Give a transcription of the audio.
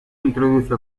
introduce